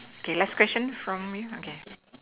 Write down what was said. okay last question from you okay